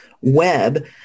web